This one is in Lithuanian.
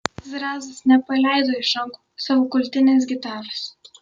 zrazas nepaleido iš rankų savo kultinės gitaros